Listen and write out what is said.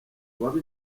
babe